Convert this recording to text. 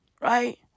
right